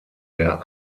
der